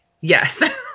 Yes